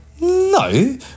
no